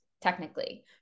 technically